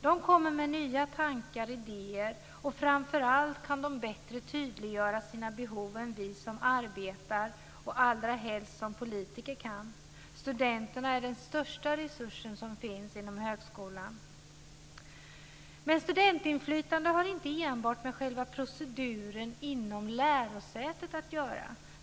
De kommer med nya tankar och idéer och framför allt kan de bättre tydliggöra sina behov än vi som arbetar och allra helst än vi politiker kan. Studenterna är den största resursen inom högskolan. Studentinflytande har dock inte enbart med själva proceduren inom lärosätet att göra.